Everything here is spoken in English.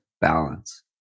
balance